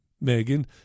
Megan